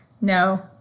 No